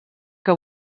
que